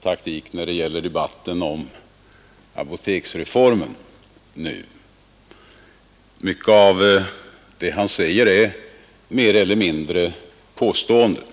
taktik när det gäller debatten om apoteksreformen. Mycket av vad han säger är mer eller mindre påståenden.